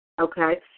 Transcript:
Okay